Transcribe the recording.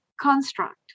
construct